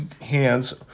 hands